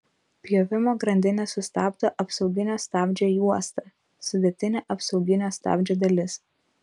pjovimo grandinę sustabdo apsauginio stabdžio juosta sudėtinė apsauginio stabdžio dalis